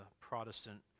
Protestant